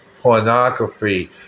pornography